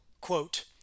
quote